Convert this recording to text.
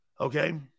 Okay